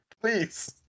Please